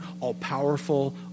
all-powerful